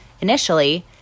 Initially